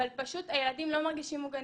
אבל פשוט הילדים לא מרגישים מוגנים,